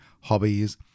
hobbies